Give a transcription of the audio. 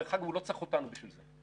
דרך אגב הוא לא צריך אותנו בשביל זה.